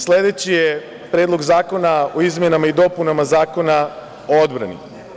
Sledeći je Predlog zakona o izmenama i dopunama Zakona o odbrani.